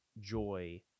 joy